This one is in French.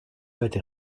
faites